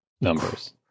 numbers